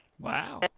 Wow